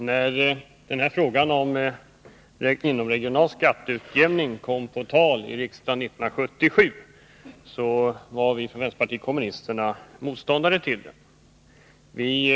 Herr talman! När frågan om inomregional skatteutjämning var uppe till behandling i riksdagen 1977 var vänsterpartiet kommunisterna motståndare till förslaget.